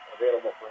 available